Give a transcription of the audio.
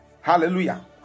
Hallelujah